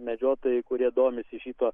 medžiotojai kurie domisi šituo